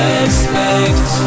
expect